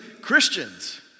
Christians